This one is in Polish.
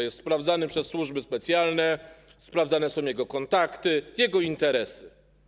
Jest sprawdzany przez służby specjalne, sprawdzane są jego kontakty, jego interesy.